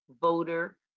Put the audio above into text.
voter